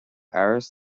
áras